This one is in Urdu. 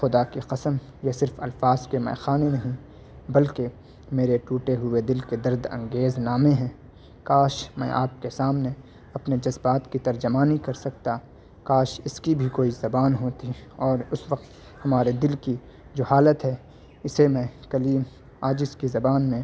خدا کی قسم یہ صرف الفاظ کے میخانے نہیں بلکہ میرے ٹوٹے ہوئے دل کے درد انگیز نامے ہیں کاش میں آپ کے سامنے اپنے جذبات کی ترجمانی کر سکتا کاش اس کی بھی کوئی زبان ہوتی اور اس وقت ہمارے دل کی جو حالت ہے اسے میں کلیم عاجز کی زبان میں